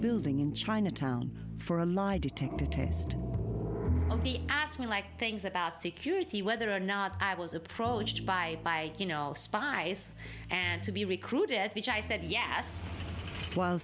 building in chinatown for a lie detector test he asked me like things about security whether or not i was approached by you know spies and to be recruited which i said ye